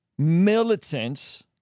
militants